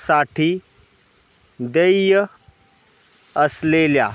साठी देय असलेल्या